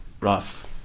Rough